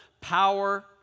power